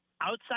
outside